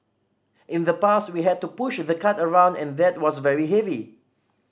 in the past we had to push the cart around and that was very heavy